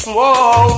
Whoa